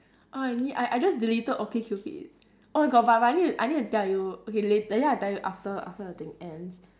oh I need I I just deleted okay cupid oh my god but but I need to I need to tell you okay later later I tell you after after the thing ends